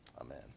Amen